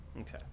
Okay